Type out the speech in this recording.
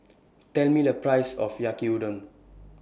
Tell Me The Price of Yaki Udon